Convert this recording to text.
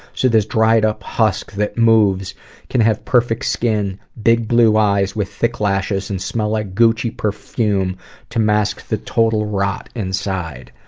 so this dried-up husk that moves can have perfect skin, big blue eyes with thick lashes and smell like gucci perfume to mask the total rot inside.